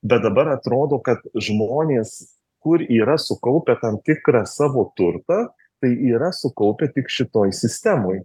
bet dabar atrodo kad žmonės kur yra sukaupę tam tikrą savo turtą tai yra sukaupę tik šitoj sistemoj